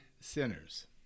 sinners